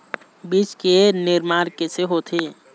बीज के निर्माण कैसे होथे?